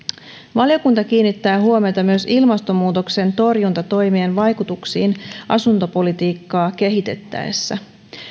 valiokunta kiinnittää huomiota myös ilmastonmuutoksen torjuntatoimien vaikutuksiin asuntopolitiikkaa kehitettäessä